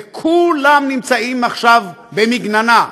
וכולם נמצאים עכשיו במגננה.